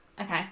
Okay